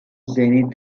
zenith